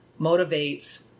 motivates